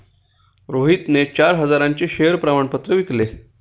रोहितने चार हजारांचे शेअर प्रमाण पत्र विकले